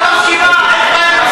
גם כאן הציון שלך הוא